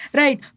right